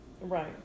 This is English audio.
Right